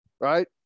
Right